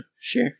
Sure